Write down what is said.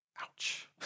Ouch